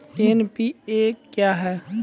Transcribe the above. NPA क्या हैं?